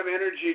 energy